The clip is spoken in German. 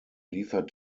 liefert